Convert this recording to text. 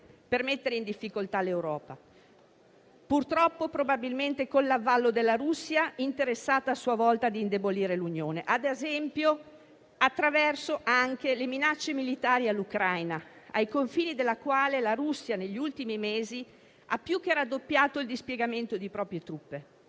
per mettere in difficoltà l'Europa; tutto ciò purtroppo, probabilmente, con l'avallo della Russia interessata, a sua volta, ad indebolire l'Unione, attraverso - ad esempio - le minacce militari all'Ucraina, ai confini della quale la Russia negli ultimi mesi ha più che raddoppiato il dispiegamento di proprie truppe.